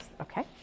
Okay